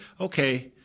okay